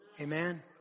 Amen